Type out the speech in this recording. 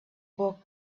book